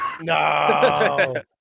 No